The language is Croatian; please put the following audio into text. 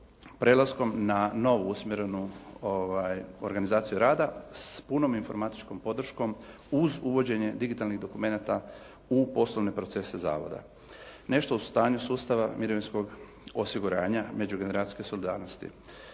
prelaskom na novu usmjerenu organizaciju rada sa punom informatičkom podrškom uz uvođenje digitalnih dokumenata u poslovne procese zavoda. Nešto o stanju sustava mirovinskog osiguranja međugeneracijske solidarnosti.